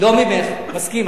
לא ממך, מסכים.